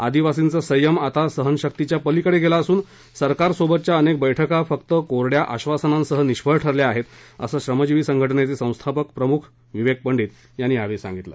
आदिवासींचा संयम आता सहनशक्तीच्या पलिकडे गेला असून सरकारसोबतच्या अनेक बैठका फक्त कोरड्या आश्वासनांसह निष्फळ ठरल्या आहेत असं श्रमजीवी संघटनेचे संस्थापक प्रमुख विवेक पंडित यांनी यावेळी सांगितलं